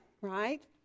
right